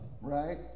right